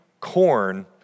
corn